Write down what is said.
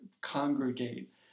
congregate